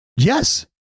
yes